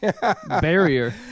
barrier